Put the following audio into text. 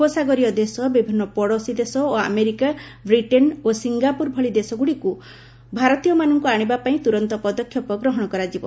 ଉପସାଗରୀୟ ଦେଶ ବିଭିନ୍ନ ପଡ଼ୋଶୀ ଦେଶ ଓ ଆମେରିକା ବ୍ରିଟେନ୍ ଓ ସିଙ୍ଗାପୁର ଭଳି ଦେଶଗୁଡ଼ିକୁ ଭାରତୀୟମାନଙ୍କୁ ଆଶିବା ପାଇଁ ତୁରନ୍ତ ପଦକ୍ଷେପ ଗ୍ରହଣ କରାଯିବ